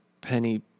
Penny